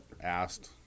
asked